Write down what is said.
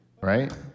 right